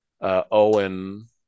owen